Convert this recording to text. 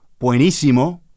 buenísimo